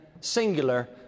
singular